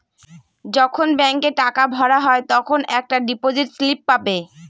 যখন ব্যাঙ্কে টাকা ভরা হয় তখন একটা ডিপোজিট স্লিপ পাবে